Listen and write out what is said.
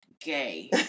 Gay